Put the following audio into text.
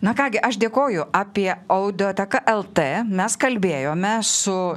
na ką gi aš dėkoju apie audioteka lt mes kalbėjome su